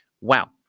Wow